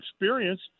experience